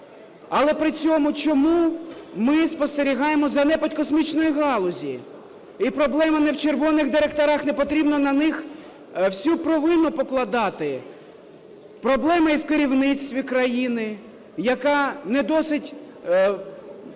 Але при цьому чому ми спостерігаємо занепад космічної галузі? І проблема не в "червоних директорах", не потрібно на них всю провину покладати. Проблема і в керівництві країни, яка не досить